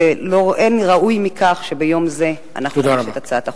אין ראוי מכך שביום זה אנחנו נאשר את הצעת החוק.